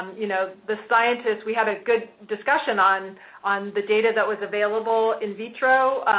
you know, the scientists, we had a good discussion on on the data that was available in vitro.